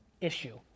issue